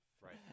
Right